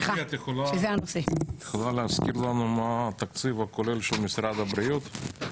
גברתי את יכולה להזכיר לנו מה התקציב הכולל של משרד הבריאות?